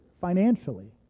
financially